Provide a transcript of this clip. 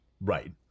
Right